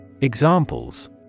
Examples